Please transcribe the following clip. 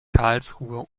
karlsruhe